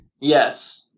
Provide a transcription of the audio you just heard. Yes